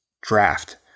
Draft